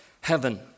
heaven